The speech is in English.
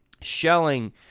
shelling